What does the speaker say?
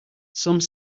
some